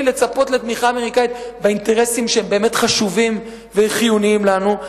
לצפות לתמיכה אמריקנית באינטרסים שהם באמת חשובים וחיוניים לנו,